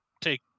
take